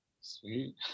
Sweet